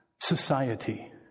society